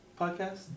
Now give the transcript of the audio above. podcast